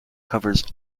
covers